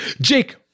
Jake